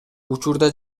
учурда